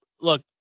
look